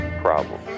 problem